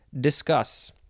discuss